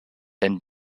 and